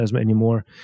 anymore